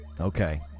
Okay